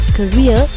career